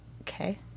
Okay